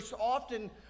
often